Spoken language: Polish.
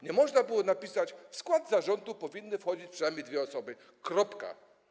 Nie można było napisać: w skład zarządu powinny wchodzić przynajmniej dwie osoby, kropka?